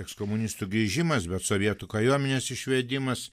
ekskomunistų grįžimas bet sovietų kariuomenės išvedimas